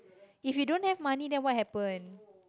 if you don't have money then what happen